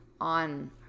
on